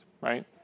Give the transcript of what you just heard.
right